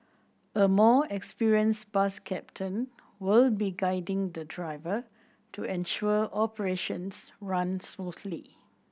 a more experienced bus captain will be guiding the driver to ensure operations run smoothly